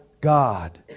God